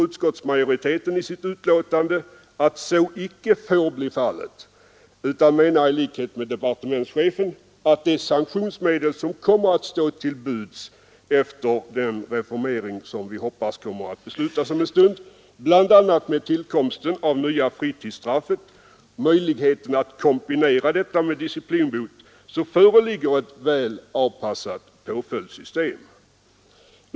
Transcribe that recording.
Utskottsmajoriteten understryker i betänkandet att så icke får bli fallet utan menar i likhet med departementschefen att med de sanktionsmedel som kommer att stå till buds, efter den reformering som vi hoppas kommer att beslutas om en stund bl.a. med tillkomsten av det nya fritidsstraffet och möjligheten att kombinera detta med disciplinbot föreligger ett väl avpassat påföljdssystem.